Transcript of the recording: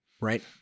Right